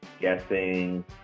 guessing